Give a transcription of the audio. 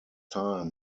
time